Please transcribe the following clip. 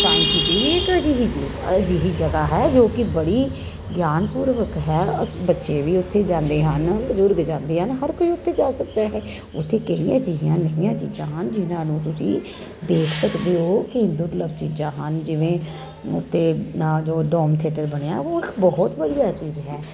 science city ਇੱਕ ਅਜਿਹੀ ਜੀ ਅਜਿਹੀ ਜਗ੍ਹਾ ਹੈ ਜੋ ਕਿ ਬੜੀ ਗਿਆਨਪੂਰਵਕ ਹੈ ਅਸ ਬੱਚੇ ਵੀ ਉੱਥੇ ਜਾਂਦੇ ਹਨ ਬਜ਼ੁਰਗ ਜਾਂਦੇ ਹਨ ਹਰ ਕੋਈ ਉੱਥੇ ਜਾ ਸਕਦਾ ਹੈ ਉੱਥੇ ਕਈ ਜਿਹੀਆਂ ਨਈਆਂ ਚੀਜ਼ਾਂ ਹਨ ਜਿਹਨਾਂ ਨੂੰ ਤੁਸੀਂ ਵੇਖ ਸਕਦੇ ਹੋ ਕਈ ਦੁਰਲਭ ਚੀਜ਼ਾਂ ਹਨ ਜਿਵੇਂ ਅਤੇ ਨਾਲ ਜੋ ਡੋਮ ਥੇਟਰ ਬਣਿਆ ਉਹ ਇੱਕ ਬਹੁਤ ਵਧੀਆ ਚੀਜ਼ ਹੈ